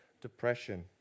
Depression